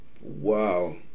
Wow